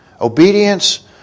Obedience